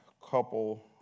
couple